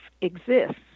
exists